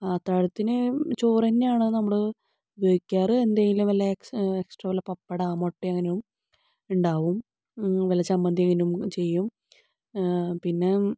അത്താഴത്തിന് ചോറ് തന്നെയാണ് നമ്മൾ ഉപയോഗിക്കാറ് എന്തെങ്കിലും വല്ല എക്സാ എക്സട്രാ വല്ല പപ്പടമോ മൊട്ടയോ അങ്ങനെ ഉണ്ടാകും വല്ല ചമ്മന്തിയെങ്കിലും ചെയ്യും പിന്നെ